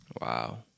Wow